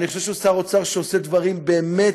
אני חושב שהוא שר אוצר שעושה דברים באמת